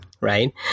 Right